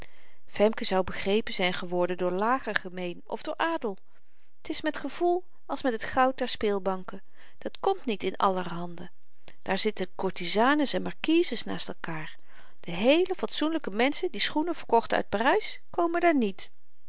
femke zou begrepen zyn geworden door lager gemeen of door adel t is met gevoel als met het goud der speelbanken dat komt niet in aller handen daar zitten courtisanes en marquises naast elkaêr de heele fatsoenlyke menschen die schoenen verkochten uit parys komen daar niet